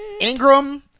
Ingram